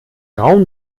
raum